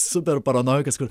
super paranojikas kur